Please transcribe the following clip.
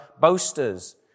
boasters